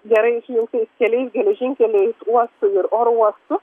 gerai sujuntais keliais geležinkeliais uostų ir oro uostų